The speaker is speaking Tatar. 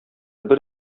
бер